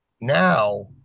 now